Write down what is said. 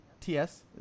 TS